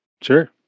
Sure